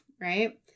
right